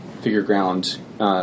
figure-ground